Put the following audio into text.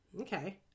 Okay